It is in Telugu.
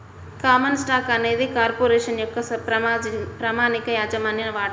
కామన్ స్టాక్ అనేది కార్పొరేషన్ యొక్క ప్రామాణిక యాజమాన్య వాటా